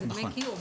כי זה דמי קיום,